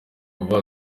vubaha